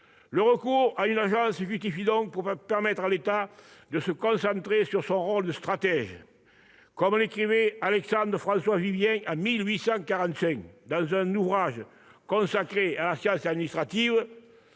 Le recours à une agence se justifie donc pour permettre à l'État de se concentrer sur son rôle de stratège. Comme l'écrivait Alexandre-François Vivien en 1845 dans un ouvrage consacré à la science administrative